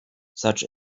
such